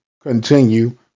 continue